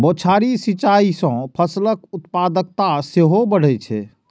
बौछारी सिंचाइ सं फसलक उत्पादकता सेहो बढ़ै छै